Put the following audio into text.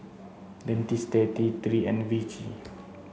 Dentiste T three and Vichy